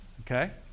Okay